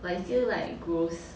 but it's still like gross